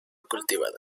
cultivada